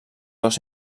dos